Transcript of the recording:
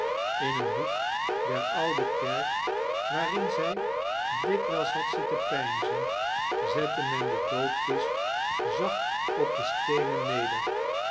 in een hoek der oude kerk waarin zij dikwijls had zitten peinzen zette men de doodkist zacht op de steenen neder